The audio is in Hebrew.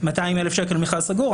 200,000 שקל מכרז סגור.